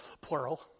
Plural